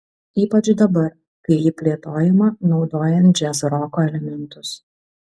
ypač dabar kai ji plėtojama naudojant džiazroko elementus